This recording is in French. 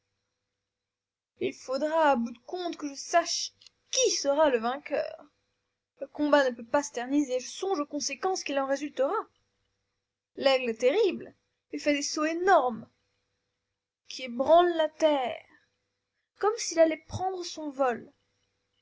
il faudra à bout de compte que je sache qui sera le vainqueur le combat ne peut pas s'éterniser je songe aux conséquences qu'il en résultera l'aigle est terrible et fait des sauts énormes qui ébranlent la terre comme s'il allait prendre son vol